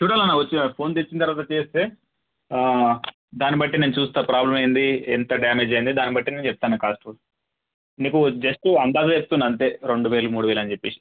చూడాలి అన్న వచ్చి ఫోన్ తెచ్చిన తరువాత చేస్తే దాన్ని బట్టి నేను చూస్తాను ప్రాబ్లమ్ ఏంటి ఎంత డామేజ్ అయింది దాని బట్టి చెప్తాను అన్న కాస్టు మీకు జస్ట్ అందాజ చెప్తున్నాను అంతే రెండు వేలు మూడు వేలు అని చెప్పేసి